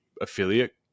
affiliate